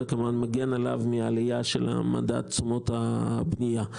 זה כמובן מגן עליו מעליית מדד תשומות הבנייה.